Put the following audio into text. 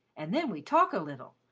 and then we talk a little,